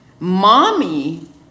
Mommy